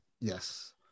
Yes